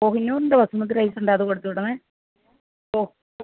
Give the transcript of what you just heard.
കോഹിനൂറിൻ്റെ ബസുമതി റൈസുണ്ടേ അത് കൊടുത്ത് വിടണേ